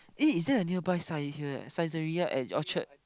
eh is there a nearby Sai~ here eh Saizeriya at Orchard